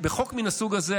חוק מן הסוג הזה,